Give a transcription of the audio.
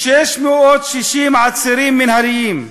660 עצירים מינהליים,